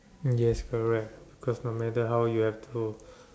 yes correct of course no matter how you have to